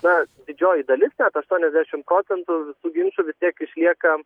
na didžioji dalis net aštuoniasdešimt procentų visų ginčų vis tiek išlieka